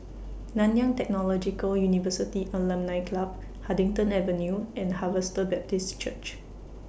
Nanyang Technological University Alumni Club Huddington Avenue and Harvester Baptist Church